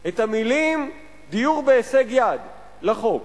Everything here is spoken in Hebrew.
את המלים "דיור בהישג יד" לחוק.